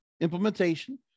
implementation